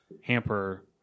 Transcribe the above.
hamper